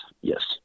yes